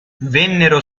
vennero